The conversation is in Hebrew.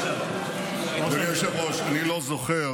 אדוני היושב-ראש, אני לא זוכר